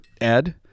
Ed